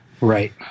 Right